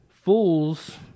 Fools